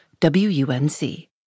WUNC